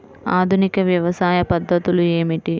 ఆధునిక వ్యవసాయ పద్ధతులు ఏమిటి?